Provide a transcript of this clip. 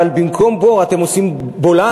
אבל במקום בור אתם עושים בולען.